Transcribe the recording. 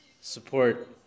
support